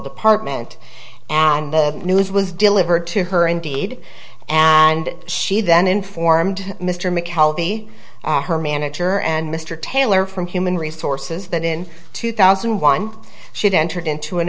department and the news was delivered to her indeed and she then informed mr mccalla ve her manager and mr taylor from human resources that in two thousand and one should entered into an